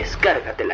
Descárgatela